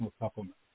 supplements